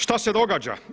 Šta se događa?